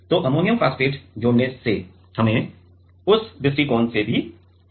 तो ammonium phosphate जोड़ने से हमें उस दृष्टिकोण से भी फायदा होता है